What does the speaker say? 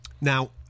Now